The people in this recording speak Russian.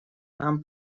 нам